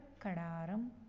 Kadaram